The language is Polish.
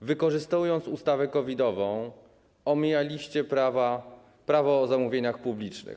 wykorzystując ustawę COVID-ową, omijaliście Prawo o zamówieniach publicznych.